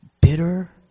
bitter